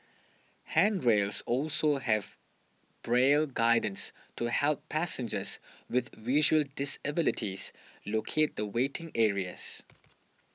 handrails also have Braille guidance to help passengers with visual disabilities locate the waiting areas